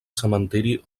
cementiri